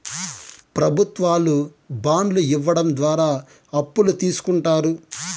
ప్రభుత్వాలు బాండ్లు ఇవ్వడం ద్వారా అప్పులు తీస్కుంటారు